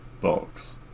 box